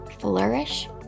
flourish